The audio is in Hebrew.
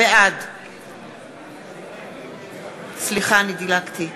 בעד